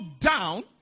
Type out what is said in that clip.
down